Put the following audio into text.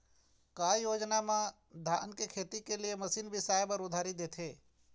का योजना मे धान के लिए मशीन बिसाए बर उधारी देथे?